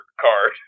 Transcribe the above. card